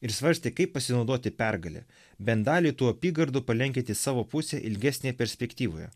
ir svarstė kaip pasinaudoti pergale bent dalį tų apygardų palenkit į savo pusę ilgesnėje perspektyvoje